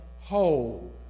whole